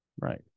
Right